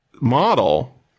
model